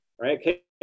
right